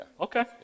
Okay